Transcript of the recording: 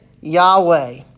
Yahweh